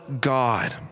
God